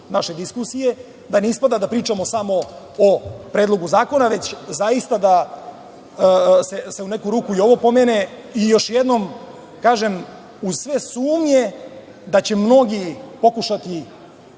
naše diskusije, da ne ispada da pričamo samo o predlogu zakona, već zaista da se u neku ruku i ovo pomene i još jednom kažem, u sve sumnje da će mnogi pokušati